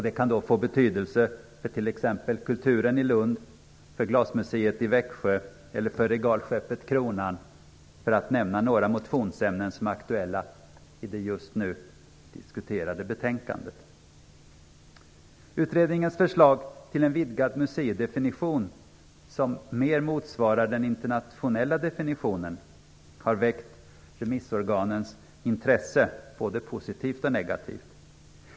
Detta kan få betydelse för t.ex. Kulturen i Lund, glasmuseet i Växjö eller för regalskeppet Kronan för att nämna några motionsämnen som är aktuella i det just nu diskuterade betänkandet. Utredningens förslag om en vidgad museidefinition som mer motsvarar den internationella definitionen har väckt remissorganens intresse både positivt och negativt.